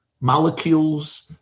molecules